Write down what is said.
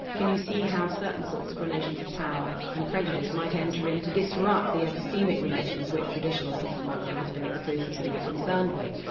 can you see how certain sorts of relations of power and prejudice might enter in to disrupt the epistemic relations, which traditional epistemology has been exclusively concerned with.